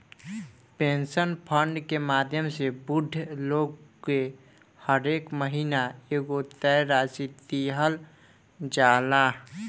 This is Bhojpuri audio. पेंशन फंड के माध्यम से बूढ़ लोग के हरेक महीना एगो तय राशि दीहल जाला